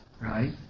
right